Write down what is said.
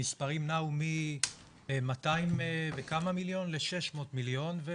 המספרים נעו מ-200 וכמה מיליון ל-600 מיליון.